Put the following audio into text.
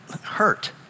hurt